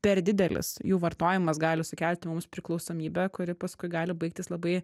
per didelis jų vartojimas gali sukelti mums priklausomybę kuri paskui gali baigtis labai